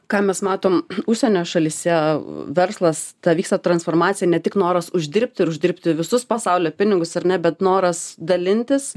ką mes matom užsienio šalyse verslas ta vyksta transformacija ne tik noras uždirbti ir uždirbti visus pasaulio pinigus ar ne bet noras dalintis